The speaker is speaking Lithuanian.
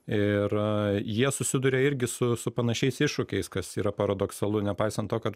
ir jie susiduria irgi su su panašiais iššūkiais kas yra paradoksalu nepaisant to kad